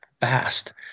fast